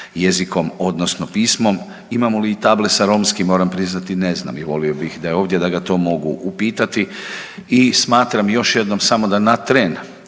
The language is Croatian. jezikom, odnosno pismom. Imamo li i table sa romskim, moram priznati ne znam i volio bih da je ovdje da ga to mogu upitati i smatram još jednom, samo da na tren